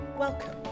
Welcome